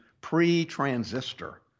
pre-transistor